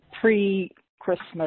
pre-Christmas